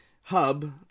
hub